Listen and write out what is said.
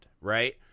right